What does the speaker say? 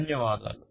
ధన్యవాదాలు